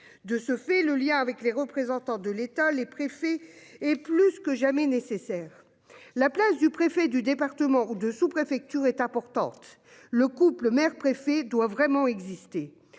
De ce fait le lien avec les représentants de l'État, les préfets et plus que jamais nécessaire. La place du préfet du département de sous-préfecture est importante. Le couple mère préfet doit vraiment exister